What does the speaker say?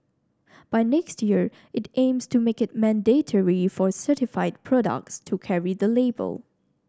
by next year it aims to make it mandatory for certified products to carry the label